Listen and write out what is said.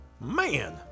Man